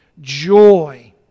Joy